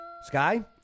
Sky